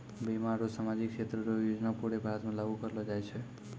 बीमा आरू सामाजिक क्षेत्र रो योजना पूरे भारत मे लागू करलो जाय छै